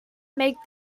make